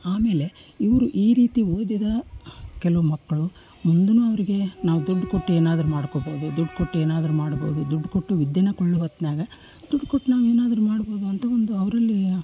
ಆಮೇಲೆ ಇವರು ಈ ರೀತಿ ಓದಿದ ಕೆಲವು ಮಕ್ಕಳು ಮುಂದೂನು ಅವರಿಗೆ ನಾವು ದುಡ್ಡು ಕೊಟ್ಟು ಏನಾದರೂ ಮಾಡ್ಕೊಬೋದು ದುಡ್ಡು ಕೊಟ್ಟು ಏನಾದರೂ ಮಾಡ್ಬೋದು ದುಡ್ಡು ಕೊಟ್ಟು ವಿದ್ಯೆನ ಕೊಳ್ಳು ಹೊತ್ನಾಗ ದುಡ್ಡು ಕೊಟ್ಟು ನಾವು ಏನಾದ್ರು ಮಾಡ್ಬೋದು ಅಂತ ಒಂದು ಅವರಲ್ಲಿ